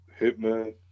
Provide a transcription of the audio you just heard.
hitman